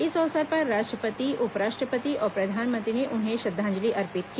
इस अवसर पर राष्ट्रपति उपराष्ट्रपति और प्रधानमंत्री ने उन्हें श्रद्धांजलि अर्पित की